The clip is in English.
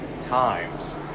times